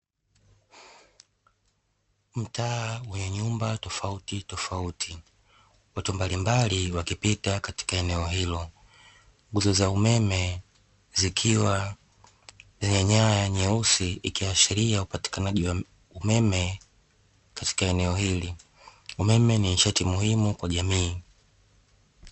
Mtaa wenye nyumba tofautitofauti. Watu mbalimbali wakipita katika eneo hilo, nguzo za umeme zikiwa zenye nyaya nyeusi ikiashiria upatikanaji wa umeme katika eneo hili. Umeme ni nishati muhimu kwa jamii.